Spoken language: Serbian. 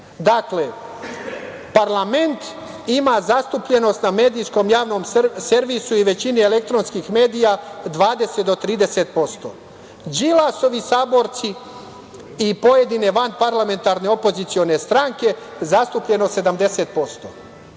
do 30%?Parlament ima zastupljenost na medijskom javnom servisu i većini elektronskih medija 20 do 30%. Đilasovi saborci i pojedine vanparlamentarne opozicione stranke zastupljeno 70%.